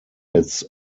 its